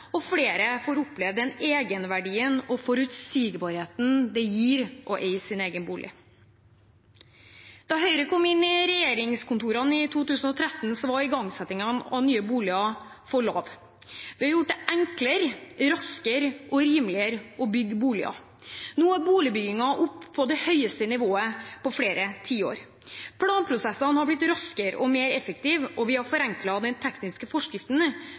og flere får oppleve den egenverdien og forutsigbarheten det gir å eie sin egen bolig. Da Høyre kom inn i regjeringskontorene i 2013, var igangsettingen av nye boliger for lav. Vi har gjort det enklere, raskere og rimeligere å bygge boliger. Nå er boligbyggingen på det høyeste nivået på flere tiår. Planprosessene er blitt raskere og mer effektive, og vi har forenklet de tekniske forskriftene,